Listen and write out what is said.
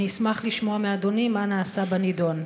אני אשמח לשמוע מאדוני מה נעשה בנדון,